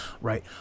right